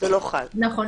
נכון.